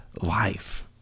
life